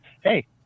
Hey